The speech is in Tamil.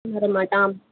நிமிர மாட்டேன்